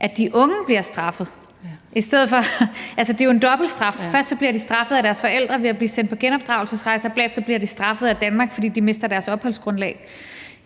at de unge bliver straffet. Altså, det er jo en dobbeltstraf – først bliver de straffet af deres forældre ved at blive sendt på genopdragelsesrejse; bagefter bliver de straffet af Danmark, fordi de mister deres opholdsgrundlag.